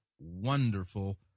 wonderful